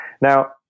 Now